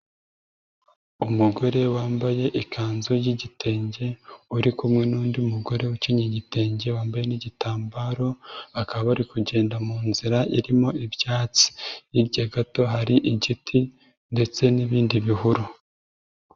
Umugore wambaye ikanzu y'igitenge uri kumwe n'undi mugore ukenyeye igitenge wambaye n'igitambaro bakaba bari kugenda mu nzira irimo ibyatsi, hirya gato hari igiti ndetse n'ibindi bihuru.